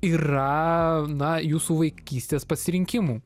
yra na jūsų vaikystės pasirinkimų